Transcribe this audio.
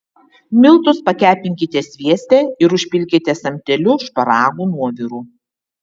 miltus pakepinkite svieste ir užpilkite samteliu šparagų nuoviru